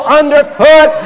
underfoot